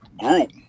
group